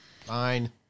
Fine